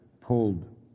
pulled